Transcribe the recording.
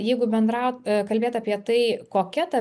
jeigu bendraut kalbėt apie tai kokia ta